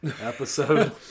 episode